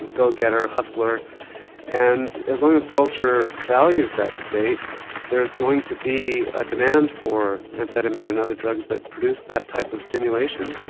go-getter, hustler and as long as culture values that state there's going to be a demand for amphetamine and other drugs that produce that type of stimulation.